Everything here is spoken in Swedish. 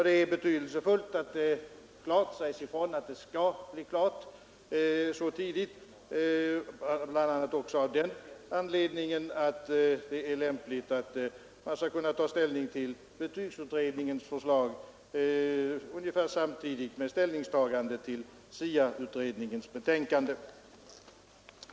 Det är betydelsefullt att det klart sägs ifrån att arbetet blir klart i år, bl.a. också av den anledningen att det är lämpligt att kunna ta ställning till betygsutredningens förslag ungefär samtidigt med ställningstagandet till SIA-utredningens betänkande.